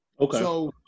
Okay